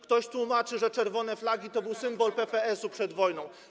Ktoś tłumaczy, że czerwone flagi to był symbol PPS-u przed wojną.